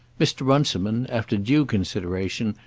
mr. runciman, after due consideration,